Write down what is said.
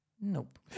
nope